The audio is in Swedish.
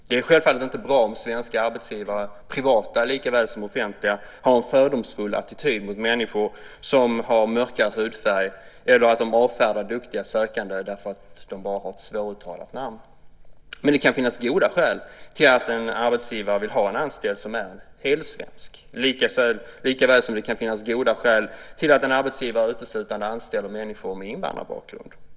Det är självfallet inte bra om svenska arbetsgivare, privata likaväl som offentliga, har en fördomsfull attityd mot människor som har mörkare hudfärg eller att de avfärdar duktiga sökande därför att de har ett svåruttalat namn. Men det kan finnas goda skäl till att en arbetsgivare vill ha en anställd som är helsvensk likaväl som att det kan finnas goda skäl till att en arbetsgivare uteslutande anställer människor med invandrarbakgrund.